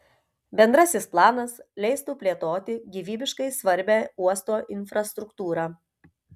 bendrasis planas leistų plėtoti gyvybiškai svarbią uosto infrastruktūrą